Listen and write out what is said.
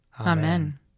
Amen